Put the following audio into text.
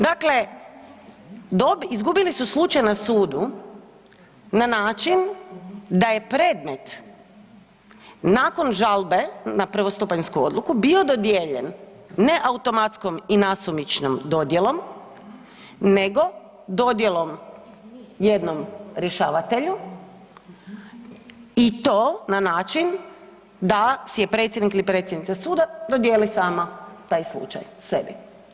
Dakle, izgubili su slučaj na sudu na način da je predmet nakon žalbe na prvostupanjsku odluku bio dodijeljen ne automatskom i nasumičnom dodjelom nego dodjelom jednom rješavatelju i to na način da si je predsjednik ili predsjednica suda dodijeli sama taj slučaj sebi.